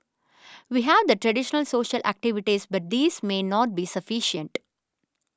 we have the traditional social activities but these may not be sufficient